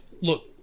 Look